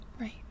Right